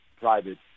private